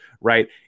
right